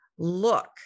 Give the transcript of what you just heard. look